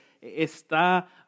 está